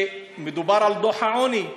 מדובר על דוח העוני,